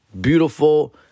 Beautiful